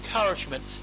encouragement